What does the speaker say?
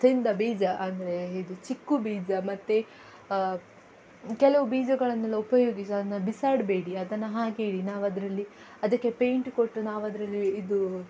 ತಿಂದ ಬೀಜ ಅಂದರೆ ಇದು ಚಿಕ್ಕು ಬೀಜ ಮತ್ತು ಕೆಲವು ಬೀಜಗಳನ್ನೆಲ್ಲ ಉಪಯೋಗಿಸಿ ಅದನ್ನ ಬಿಸಾಡಬೇಡಿ ಅದನ್ನು ಹಾಗೇ ಇಡಿ ನಾವದರಲ್ಲಿ ಅದಕ್ಕೆ ಪೇಂಟ್ ಕೊಟ್ಟು ನಾವದರಲ್ಲಿ ಇದು